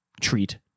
treat